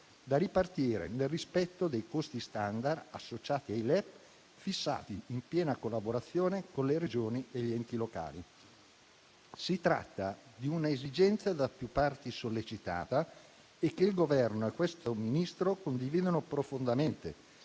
da ripartire nel rispetto dei costi *standard* associati ai LEP fissati in piena collaborazione con le Regioni e gli enti locali. Si tratta di un'esigenza da più parti sollecitata e che il Governo e questo Ministro condividono profondamente,